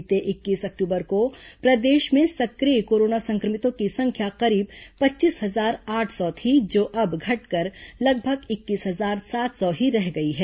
बीते इक्कीस अक्टूबर को प्रदेश में स्थिक य कोरोना सं क्र मितों की संख्या करीब पच्चीस हजार आठ सौ थी जो अब घटकर लगभग इक्कीस हजार सात सौ ही रह गई है